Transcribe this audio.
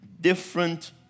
different